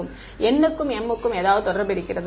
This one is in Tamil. மாணவர் n க்கும் m க்கும் ஏதாவது தொடர்பு இருக்கிறதா